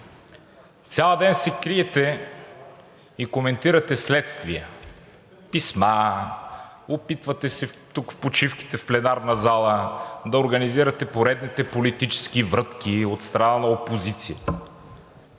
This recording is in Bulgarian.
Цял ден се криете и коментирате следствия – писма, опитвате се тук в почивките, в пленарната зала да организирате поредните политически врътки от страна на опозиция.